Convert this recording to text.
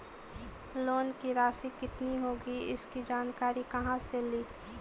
Loan की रासि कितनी होगी इसकी जानकारी कहा से ली?